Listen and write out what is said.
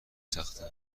سخته